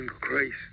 Christ